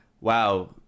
wow